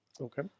Okay